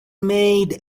made